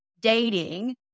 dating